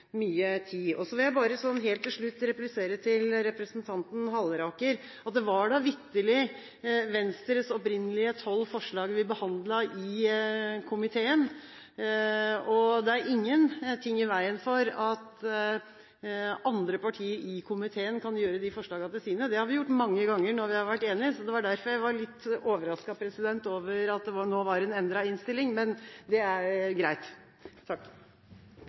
mye manuell håndtering, som har tatt mye tid. Jeg vil bare helt til slutt replisere til representanten Halleraker at det da vitterlig var Venstres opprinnelige tolv forslag vi behandlet i komiteen. Det er ingenting i veien for at andre partier i komiteen kan gjøre de forslagene til sine. Det har vi gjort mange ganger når vi har vært enige. Det var derfor jeg var litt overrasket over at det nå var en endret innstilling, men det er greit.